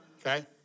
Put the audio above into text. okay